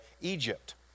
Egypt